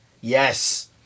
Yes